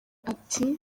ati